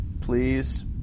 please